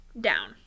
down